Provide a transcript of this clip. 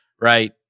right